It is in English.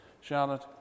Charlotte